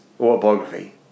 autobiography